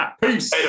Peace